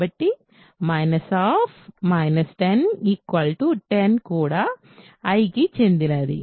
కాబట్టి 10 కూడా I కి చెందినది